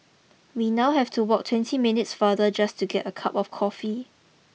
we now have to walk twenty minutes farther just to get a cup of coffee